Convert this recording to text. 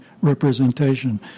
representation